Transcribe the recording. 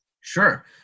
Sure